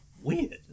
weird